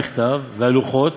והמכתב והלוחות,